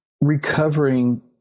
recovering